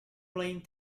playing